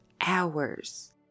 hours